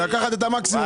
לקח את המקסימום.